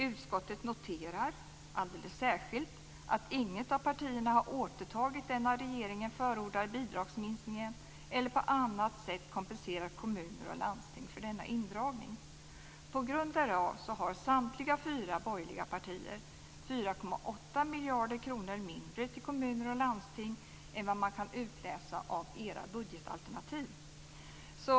Utskottet noterar alldeles särskilt att inget av partierna har återtagit den av regeringen förordade bidragsminskningen eller på annat sätt kompenserat kommuner och landsting för denna indragning. På grund därav har samtliga fyra borgerliga partier 4,8 miljarder kronor mindre till kommuner och landsting än vad man kan utläsa av deras budgetalternativ.